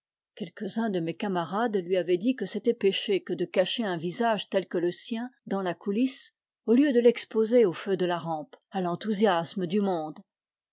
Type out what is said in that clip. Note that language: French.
quelques-uns de mes camarades lui avaient dit que c'était pécher que de cacher un visage tel que le sien dans la coulisse au lieu de l'exposer aux feux de la rampe à l'enthousiasme du monde